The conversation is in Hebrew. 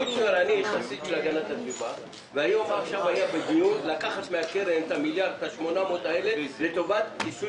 אם עכשיו היה דיון לקחת מהקרן את ה-800 מיליון האלה לטובת כיסוי